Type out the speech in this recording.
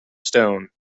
stone